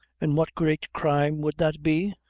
an' what great crime would that be?